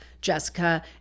jessica